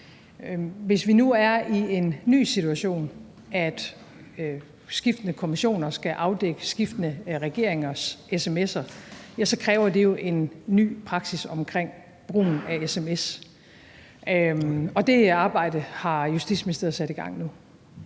Hvis vi nu er i en ny situation, hvor skiftende kommissioner skal afdække skiftende regeringers sms'er, så kræver det jo en ny praksis omkring brugen af sms. Og det arbejde har Justitsministeriet sat i gang nu.